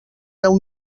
deu